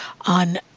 on